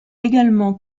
également